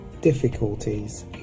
difficulties